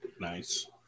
Nice